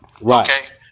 Right